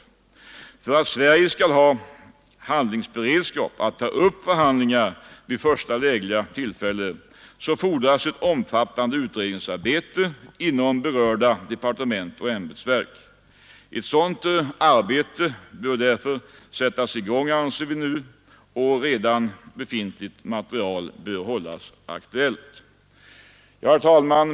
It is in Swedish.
För att Sverige skall ha handlingsberedskap att ta upp förhandlingar vid första lägliga tillfälle fordras ett omfattande utredningsarbete inom berörda departement och ämbetsverk. Ett sådant arbete bör därför sättas i gång och redan befintligt material bör hållas aktuellt. Herr talman!